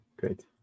great